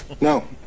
No